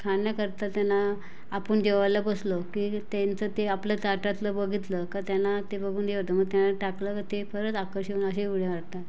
खाण्याकरता त्यांना आपुण जेवायला बसलो की त्यांचं ते आपलं ताटातलं बघितलं का त्यांना ते बघून टाकलं ते परत आकर्षण असे उड्या मारतात